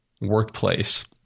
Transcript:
workplace